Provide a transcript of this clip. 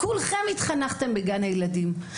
כולכם התחנכתם בגיל הילדים.